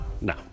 no